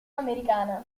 americana